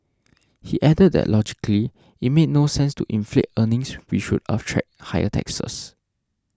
he added that logically it made no sense to inflate earnings which would attract higher taxes